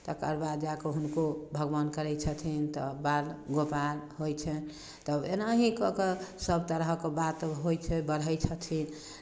तकर बाद जा कऽ हुनको भगवान करै छथिन तऽ बाल गोपाल होइ छनि तब एनाहि कऽ कऽ सभ तरहके बात होइ छै बढ़ै छथिन